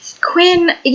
Quinn